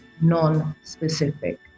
non-specific